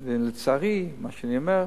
לצערי, מה שאני אומר,